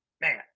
Man